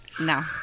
no